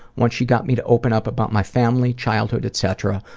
once she got me to open up about my family, childhood, etc,